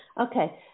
Okay